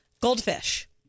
goldfish